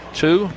two